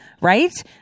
Right